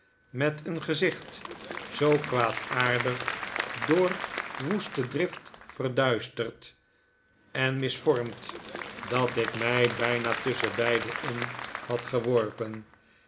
met een gezicht zoo kwaadaardig zoo door woeste drift verduisterd en misvormd dat ik mij buna tusschen beiden in had geworpen